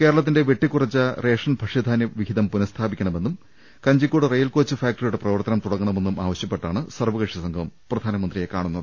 കേരളത്തിന്റെ വെട്ടിക്കുറച്ച റേഷൻ ഭക്ഷ്യധാനൃ വിഹിതം പുനസ്ഥാപിക്കണമെന്നും കഞ്ചിക്കോട് റെയിൽ കോച്ച് ഫാക്ടറിയുടെ പ്രവർത്തനം തുടങ്ങണമെന്നും ആവശ്യപ്പെട്ടാണ് സർവകക്ഷി സംഘം പ്രധാ നമന്ത്രിയെ കാണുന്നത്